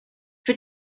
for